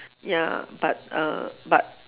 ya but uh but